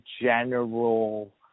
general